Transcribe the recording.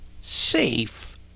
safe